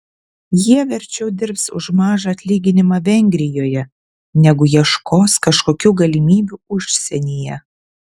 jie verčiau dirbs už mažą atlyginimą vengrijoje negu ieškos kažkokių galimybių užsienyje